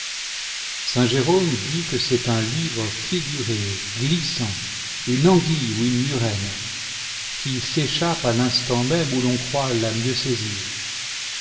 saint jérôme dit que c'est un livre figuré glissant une anguille ou une murène qui s'échappe à l'instant même où l'on croit la mieux saisir